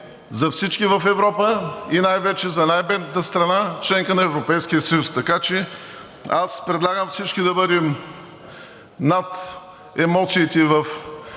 за всички в Европа и най-вече за най-бедната страна – членка на Европейския съюз. Така че аз предлагам всички да бъдем над емоциите в партиен